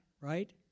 right